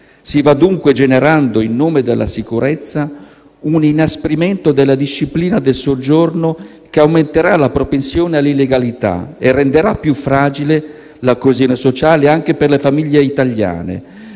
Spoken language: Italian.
Si va dunque generando, in nome della sicurezza, un inasprimento della disciplina del soggiorno che aumenterà la propensione all'illegalità e renderà più fragile la coesione sociale anche per le famiglie italiane,